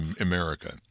America